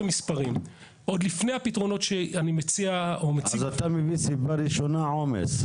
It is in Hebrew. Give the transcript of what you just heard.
אז אתה מביא סיבה ראשונה עומס.